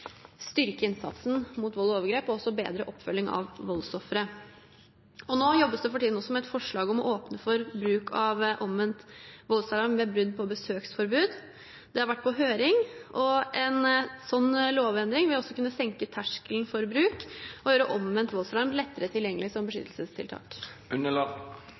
overgrep, og også bedre oppfølging av voldsofre. Det jobbes for tiden også med et forslag om å åpne for bruk av omvendt voldsalarm ved brudd på besøksforbud. Det har vært på høring, og en sånn lovendring vil også kunne senke terskelen for bruk og gjøre omvendt voldsalarm lettere tilgjengelig som